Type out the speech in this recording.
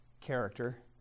character